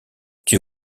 dieu